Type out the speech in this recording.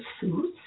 suits